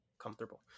comfortable